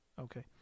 Okay